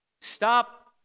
Stop